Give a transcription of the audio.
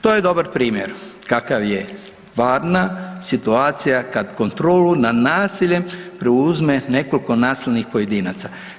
To je dobar primjer kakav je stvarna situacija kad kontrolu nad nasiljem preuzme nekoliko nasilnih pojedinaca.